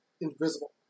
invisible